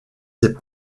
ces